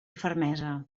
fermesa